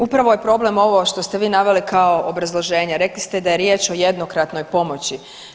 Upravo je problem ovo što ste vi naveli kao obrazloženje, rekli ste da je riječ o jednokratnoj pomoći.